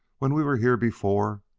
when we were here before?